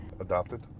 Adopted